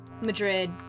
Madrid